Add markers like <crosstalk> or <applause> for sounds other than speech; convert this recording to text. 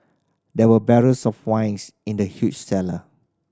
there were barrels of wine <unintelligible> in the huge cellar